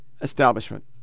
establishment